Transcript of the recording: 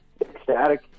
ecstatic